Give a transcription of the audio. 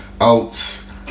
oats